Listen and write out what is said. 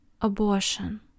abortion